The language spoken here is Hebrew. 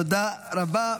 תודה רבה.